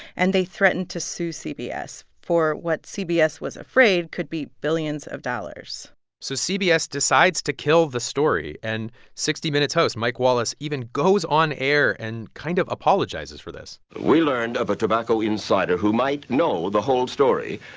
and they threatened to sue cbs for what cbs was afraid could be billions of dollars so cbs decides to kill the story. and sixty minutes host, mike wallace, even goes on air and kind of apologizes for this we learned of a tobacco insider who might know the whole story.